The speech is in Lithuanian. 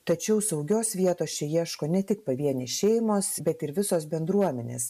tačiau saugios vietos čia ieško ne tik pavienės šeimos bet ir visos bendruomenės